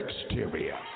exterior